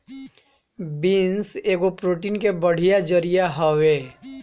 beans एगो protein के बढ़िया जरिया हवे